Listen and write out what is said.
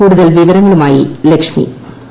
കൂടുതൽ വിവരങ്ങളുമായി ലക്ഷ്മി ബി